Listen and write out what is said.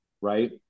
Right